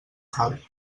cal